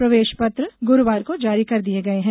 प्रवेश पत्र गुरूवार को जारी कर दिये गये हैं